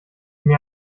mir